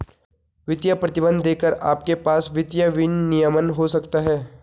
वित्तीय प्रतिबंध देखकर आपके पास वित्तीय विनियमन हो सकता है